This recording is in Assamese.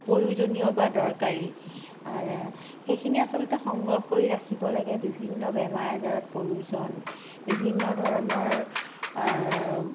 প্ৰয়োজনীয় বা দৰকাৰী সেইখিনি আচলতে সংগ্ৰহ কৰি ৰাখিব লাগে বিভিন্ন বেমাৰ আজাৰত প্ৰয়োজন বিভিন্ন ধৰণৰ